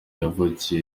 yavukiye